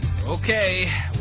Okay